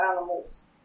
animals